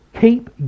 Keep